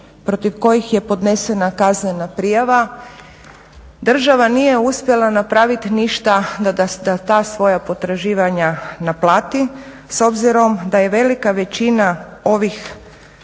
protiv kojih je podnesena kaznena prijava, država nije uspjela napraviti ništa da ta svoja potraživanja naplati s obzirom da je velika većina ovih